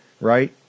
right